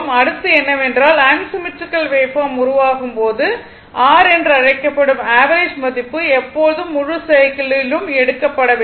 அடுத்து என்னவென்றால் asymmetrical waveform உருவாகும் போது r என்று அழைக்கப்படும் ஆவரேஜ் மதிப்பு எப்போதும் முழு சைக்கிளிலும் எடுக்கப்பட வேண்டும்